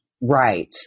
Right